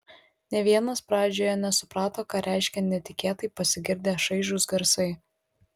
nė vienas pradžioje nesuprato ką reiškia netikėtai pasigirdę šaižūs garsai